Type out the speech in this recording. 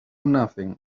nothing